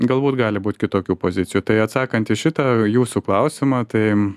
galbūt gali būti kitokių pozicijų tai atsakant į šitą jūsų klausimą tai